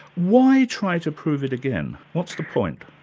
why try to prove it again? what's the point?